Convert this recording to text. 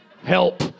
Help